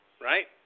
right